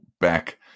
back